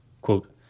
Quote